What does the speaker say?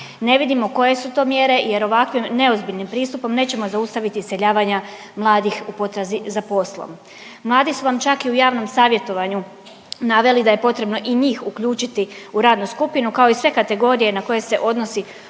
Ne vidimo koje su to mjere, jer ovakvim neozbiljnim pristupom nećemo zaustaviti iseljavanja mladih u potrazi za poslom. Mladi su vam čak i u javnom savjetovanju naveli da je potrebno i njih uključiti u radnu skupinu kao i sve kategorije na koje se odnosi